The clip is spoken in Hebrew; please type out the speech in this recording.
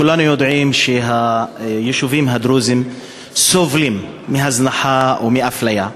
כולנו יודעים שהיישובים הדרוזיים סובלים מהזנחה ומאפליה,